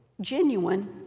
genuine